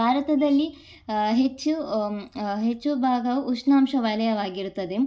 ಭಾರತದಲ್ಲಿ ಹೆಚ್ಚು ಹೆಚ್ಚು ಭಾಗವು ಉಷ್ಣಾಂಶ ವಲಯವಾಗಿರುತ್ತದೆ